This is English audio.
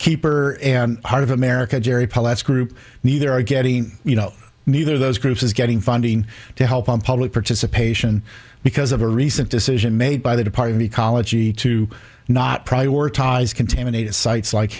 keeper heart of america jerry pilots group neither are getting you know neither of those groups is getting funding to help on public participation because of a recent decision made by the depart of ecology to not prioritize contaminated sites like